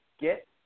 get